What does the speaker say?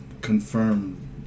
confirm